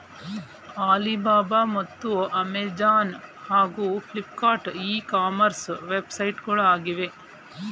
Alibaba ಮತ್ತು Amazon ಹಾಗೂ Flipkart e commerce ವೆಬ್ಸೈಟ್ಗಳು ಆಗಿವೆ